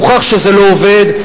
הוכח שזה לא עובד.